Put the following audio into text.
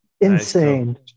insane